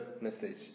message